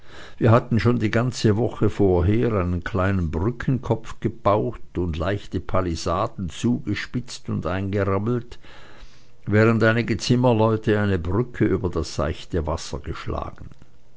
wir hatten schon die ganze woche vorher einen kleinen brückenkopf gebaut und leichte palisaden zugespitzt und eingerammelt während einige zimmerleute eine brücke über das seichte wasser geschlagen